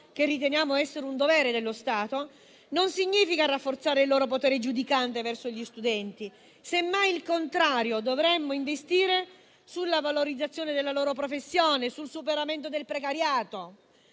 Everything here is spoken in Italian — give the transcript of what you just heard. che riteniamo essere un dovere dello Stato, non significa rafforzare il loro potere giudicante verso gli studenti, semmai il contrario. Dovremmo investire sulla valorizzazione della loro professione, sul superamento del precariato.